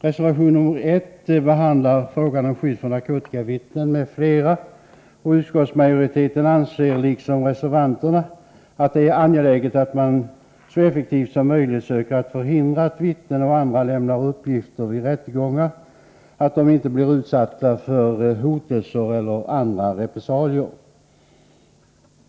Reservation nr 1 gäller frågan om skydd för narkotikavittnen m.fl. Utskottsmajoriteten anser, liksom reservanterna, att det är angeläget att man så effektivt som möjligt söker förhindra att vittnen och andra som lämnar uppgifter vid rättegångar blir utsatta för hotelser eller andra repressalier.